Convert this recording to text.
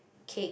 cake